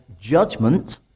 judgment